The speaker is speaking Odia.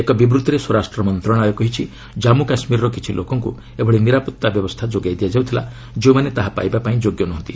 ଏକ ବିବୃତ୍ତିରେ ସ୍ୱରାଷ୍ଟ୍ର ମନ୍ତ୍ରଣାଳୟ କହିଛି ଜାମ୍ମୁ କାଶ୍ମୀରର କିଛି ଲୋକଙ୍କୁ ଏଭଳି ନିରାପତ୍ତା ବ୍ୟବସ୍ଥା ଯୋଗାଇ ଦିଆଯାଉଥିଲା ଯେଉଁମାନେ ତାହା ପାଇବା ପାଇଁ ଯୋଗ୍ୟ ନୁହଁନ୍ତି